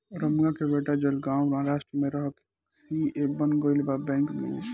रमुआ के बेटा जलगांव महाराष्ट्र में रह के सी.ए बन गईल बा बैंक में